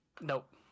Nope